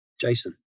Jason